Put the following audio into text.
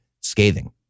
scathing